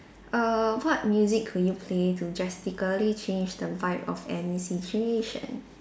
err what music could you play to drastically change the vibe of any situation